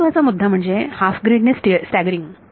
महत्त्वाचा मुद्दा म्हणजे हाफ ग्रीड ने स्टॅगरिंग